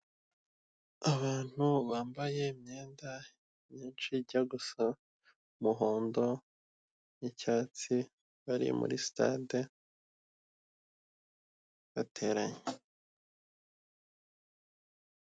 Abantu bambaye imyenda myinshi ijya gusa umuhondo n'icyatsi, bari muri sitade bateranye.